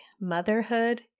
motherhood